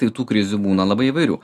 tai tų krizių būna labai įvairių